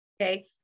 Okay